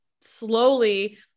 slowly